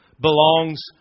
belongs